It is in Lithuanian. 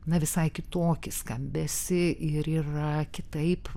na visai kitokį skambesį ir yra kitaip